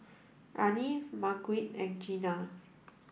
Arne Margurite and Gena